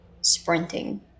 sprinting